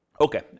Okay